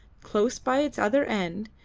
close by its other end,